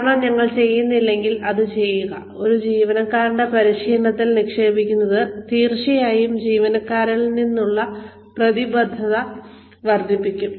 കാരണം ഞങ്ങൾ അത് ചെയ്യുന്നില്ലെങ്കിൽ ഒരു ജീവനക്കാരന്റെ പരിശീലനത്തിൽ നിക്ഷേപിക്കുന്നത് തീർച്ചയായും ജീവനക്കാരിൽ നിന്നുള്ള പ്രതിബദ്ധത വർദ്ധിപ്പിക്കും